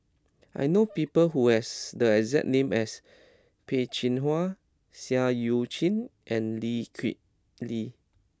I know people who have the exact name as Peh Chin Hua Seah Eu Chin and Lee Kip Lee